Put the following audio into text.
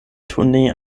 tournee